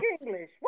English